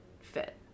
fit